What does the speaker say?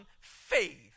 faith